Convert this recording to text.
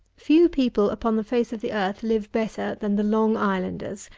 few people upon the face of the earth live better than the long islanders.